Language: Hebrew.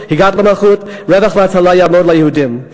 רווח והצלה יעמוד ליהודים.